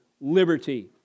liberty